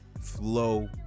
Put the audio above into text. flow